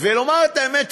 ולומר את האמת,